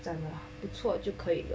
真的不错就可以了